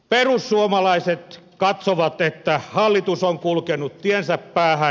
perussuomalaiset katsovat että hallitus on kulkenut tiensä päähän